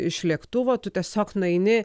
iš lėktuvo tu tiesiog nueini